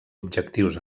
objectius